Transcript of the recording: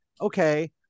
okay